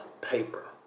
paper